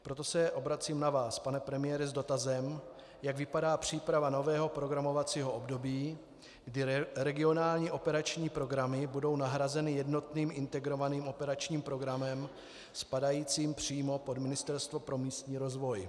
Proto se obracím na vás, pane premiére, s dotazem, jak vypadá příprava nového programovacího období, kdy regionální operační programy budou nahrazeny jednotným integrovaným operačním programem spadajícím přímo pod Ministerstvo pro místní rozvoj.